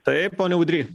taip pone audry